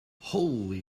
holy